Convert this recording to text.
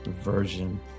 version